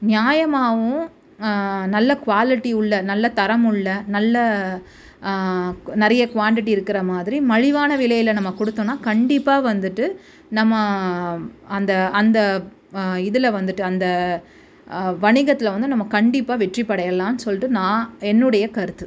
நியாயமாகவும் நல்ல குவாலிட்டி உள்ள நல்ல தரமுள்ள நல்ல கு நிறைய குவான்டிட்டி இருக்கிற மாதிரி மலிவான விலையில் நம்ம கொடுத்தோன்னா கண்டிப்பாக வந்துவிட்டு நம்ம அந்த அந்த இதில் வந்துவிட்டு அந்த வணிகத்தில் வந்து நம்ம கண்டிப்பாக வெற்றியடையலான்னு சொல்லிட்டு நான் என்னுடைய கருத்து